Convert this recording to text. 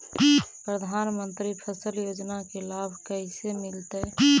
प्रधानमंत्री फसल योजना के लाभ कैसे मिलतै?